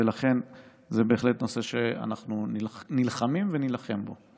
ולכן זה בהחלט נושא שאנחנו נלחמים ונילחם בו.